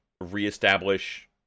reestablish